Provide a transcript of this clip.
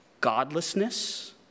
godlessness